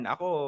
Ako